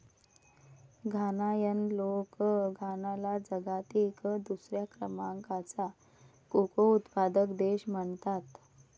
घानायन लोक घानाला जगातील दुसऱ्या क्रमांकाचा कोको उत्पादक देश म्हणतात